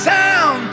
town